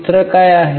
सूत्र काय आहे